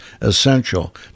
essential